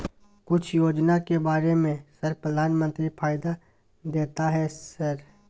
कुछ योजना के बारे में सर प्रधानमंत्री फायदा देता है सर?